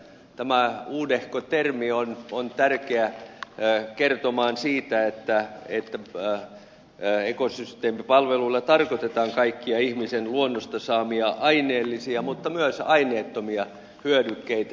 tämä uudehko termi on tärkeä kertomaan siitä että ekosysteemipalveluilla tarkoitetaan kaikkia ihmisen luonnosta saamia aineellisia mutta myös aineettomia hyödykkeitä